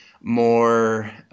more